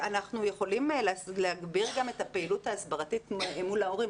אנחנו יכולים להגביר את הפעילות ההסברתית מול ההורים.